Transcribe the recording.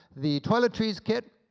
the toiletries kit,